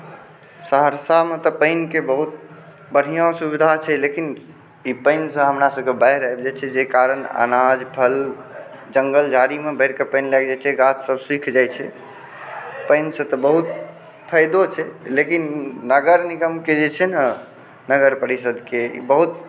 सहरसामे तऽ पानिके बहुत बढ़िऑं सुविधा छै लेकिन ई पानिसँ हमरा सभकेँ बाढ़ि आबि जाइ छै जाहि कारण अनाज फल जङ्गल झाड़ीमे बाढिके पानि लागि जाइ छै गाछ सभ सुखि जाइ छै पानिसँ तऽ बहुत फायदो छै लेकिन नगर निगमके जे छै ने नगर परिषदके ई बहुत